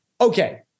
okay